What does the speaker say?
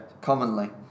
commonly